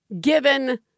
given